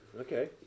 Okay